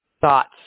thoughts